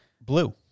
blue